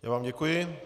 Já vám děkuji.